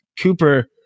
Cooper